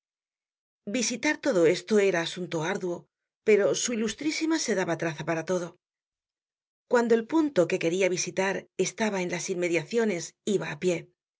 visitar todo esto era asunto árduo pero su ilustrísima se daba traza para todo cuando el punto que queria visitar estaba en las inmediaciones iba á pié